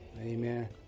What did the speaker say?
amen